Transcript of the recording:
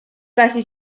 casi